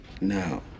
No